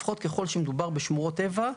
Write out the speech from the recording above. לפחות ככל שמדובר בשמורות טבע,